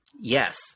Yes